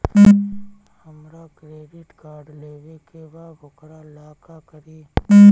हमरा credit card लेवे के बा वोकरा ला का करी?